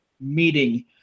meeting